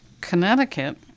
Connecticut